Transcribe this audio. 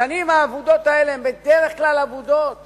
השנים האבודות האלה הן בדרך כלל אבודות